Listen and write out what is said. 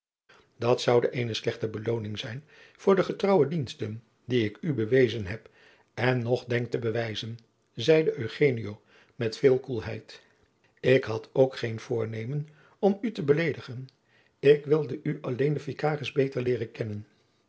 dat zoude eene slechte belooning zijn voor de getrouwe diensten die ik u bewezen heb en nog denk te bewijzen zeide eugenio met veel koelheid ik had ook geen voornemen om u te beledigen ik wilde u alleen den vikaris beter leeren kennen